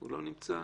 אם לא,